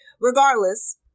regardless